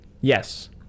Yes